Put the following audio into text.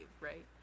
right